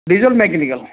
diesel mechanical